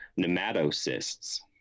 nematocysts